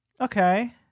okay